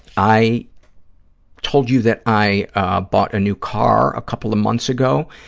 i told you that i ah bought new car a couple of months ago,